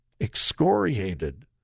excoriated